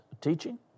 teaching